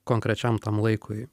konkrečiam tam laikui